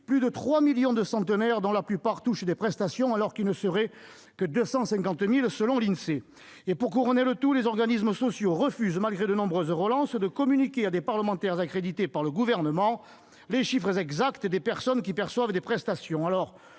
plus de 3 millions de centenaires, dont la plupart touchent des prestations, alors qu'ils ne seraient que 250 000 selon l'Insee. Pour couronner le tout, les organismes sociaux refusent, malgré de nombreuses relances, de communiquer à des parlementaires accrédités par le Gouvernement le nombre exact de personnes qui perçoivent des prestations.